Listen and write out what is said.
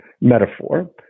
metaphor